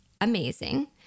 amazing